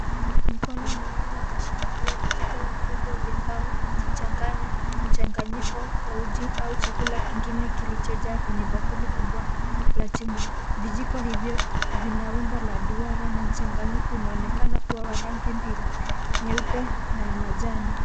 Mikono miwili inashikilia vijiko viwili vya mbao vikichanganya mchanganyiko wa uji au chakula kingine kilichojaa kwenye bakuli la chuma. Vijiko hivyo vina umbo la duara na mchanganyiko unaonekana kuwa wa rangi mbili; nyeupe, na ya manjano.